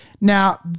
Now